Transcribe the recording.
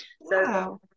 Wow